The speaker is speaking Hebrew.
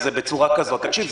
בצורה כזאת תקשיב,